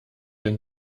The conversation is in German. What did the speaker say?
denn